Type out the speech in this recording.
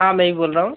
हाँ मैं ही बोल रहा हूँ